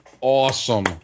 awesome